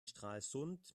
stralsund